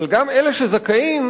אבל גם אלה שזכאים,